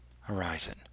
Horizon